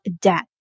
debt